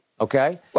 Okay